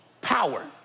power